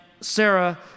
Sarah